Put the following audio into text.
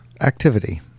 activity